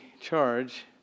charge